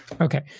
Okay